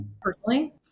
personally